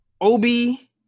Obi